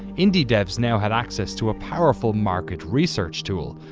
indie devs now had access to a powerful market research tool.